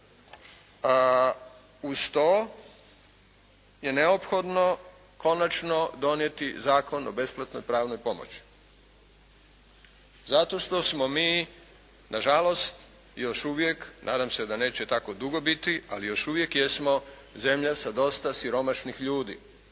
A uz to je neophodno konačno donijeti Zakon o besplatnoj pravnoj pomoći, zato što smo mi na žalost još uvijek, nadam se da neće tako dugo biti, ali još uvijek jesmo zemlja sa dosta siromašnih ljudi,